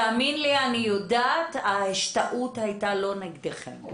תאמין לי שאני יודעת, ההשתאות לא הייתה נגדכם.